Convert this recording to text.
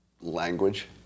language